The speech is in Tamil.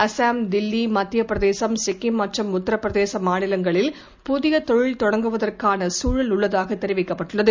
அஸ்ஸாம் தில்லி மத்தியபிரதேஷ் சிக்கிம் மற்றும் உத்திரபிரதேசமாநிலங்களில் புதியதொழில் தொடங்குவதற்கானசூழல் உள்ளதாகதெரிவிக்கப்பட்டுள்ளது